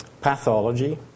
pathology